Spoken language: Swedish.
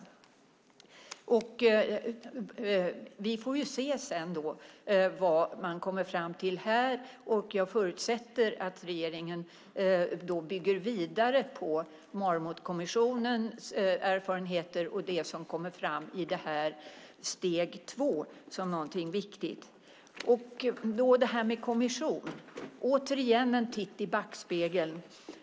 Vi får se vad man kommer fram till här. Jag förutsätter att regeringen bygger vidare på Marmotkommissionens arbete och det som kommer fram i steg 2 som något viktigt. Apropå detta med kommission vill jag återigen ta en titt i backspegeln.